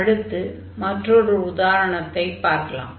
அடுத்து மற்றொரு உதாரணத்தைப் பார்க்கலாம்